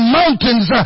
mountains